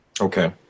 Okay